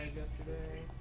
yesterday.